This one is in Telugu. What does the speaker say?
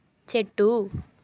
చెట్టు